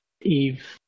eve